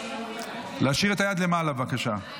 להשאיר את היד למעלה, בבקשה.